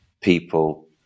people